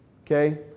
okay